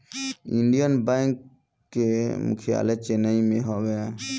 Indian Bank कअ मुख्यालय चेन्नई में हवे